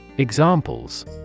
Examples